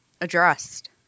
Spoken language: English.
addressed